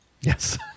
Yes